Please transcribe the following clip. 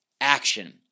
action